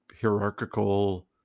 hierarchical